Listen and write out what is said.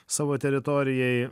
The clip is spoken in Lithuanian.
savo teritorijai